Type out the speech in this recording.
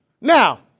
Now